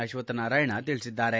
ಅಶ್ವಥನಾರಾಯಣ ತಿಳಿಸಿದ್ದಾರೆ